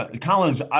Collins